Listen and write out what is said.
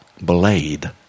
blade